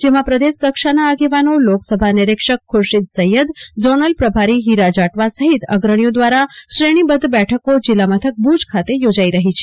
જેમાં પ્રદેશ કક્ષાના આગેવાનો લોકસભા નિરીક્ષક ખુર્શીદ સૈથદ ઝોનલ પ્રભારી હીરા જાટવા સહીત અગ્રણીઓ દ્વારા શ્રેણી બદ્ધ બેઠકો જીલ્લા મથક ભુજ ખાતે યોજાઈ રહી છે